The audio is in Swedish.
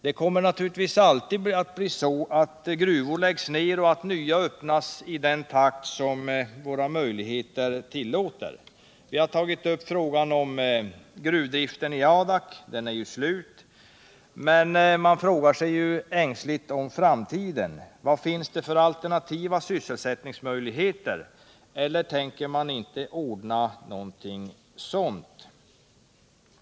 Det kommer naturligtvis alltid att vara så, att gruvor läggs ned och att nya öppnas i den takt som det är möjligt. Vi har tagit upp frågan om gruvdriften i Adak. Den är ju slut, och man frågar sig ängsligt hur framtiden skall bli. Vilka alternativa sysselsättningsmöjligheter finns det, eller kan man inte ordna någonting?